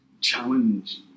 challenge